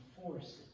force